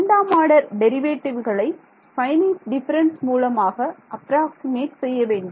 இரண்டாம் ஆர்டர் டெரிவேட்டிவ்களை finite difference மூலமாக அப்ராக்ஸிமட் செய்ய வேண்டும்